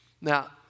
Now